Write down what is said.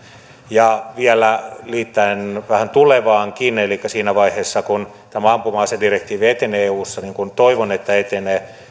ja vielä liittäen vähän tulevaankin siinä vaiheessa kun tämä ampuma asedirektiivi etenee eussa niin kuin toivon että se etenee toivon että